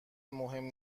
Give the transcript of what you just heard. مهم